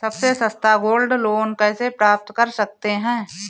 सबसे सस्ता gold loan कैसे प्राप्त कर सकते हैं?